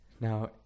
Now